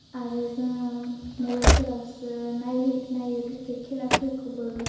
आरो जोङो मबेलफोरावसो नायो क्रिकेट खेलाफोरखौबो